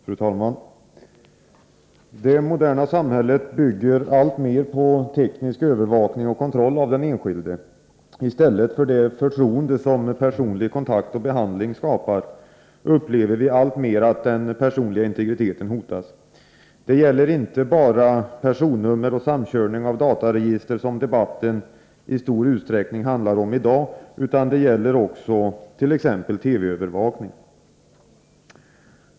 Fru talman! Det moderna samhället bygger alltmer på teknisk övervakning och kontroll av den enskilde. I stället för det förtroende som personlig kontakt och behandling skapar upplever vi allt oftare att den personliga integriteten hotas. Det gäller inte bara personnummer och samkörning av dataregister, som debatten i stor utsträckning handlar om i dag, utan också t.ex. TV-övervakning.